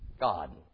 God